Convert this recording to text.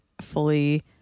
fully